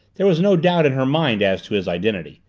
there was no doubt in her mind as to his identity.